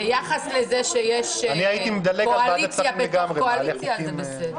ביחס לזה שיש קואליציה בתוך קואליציה, זה בסדר.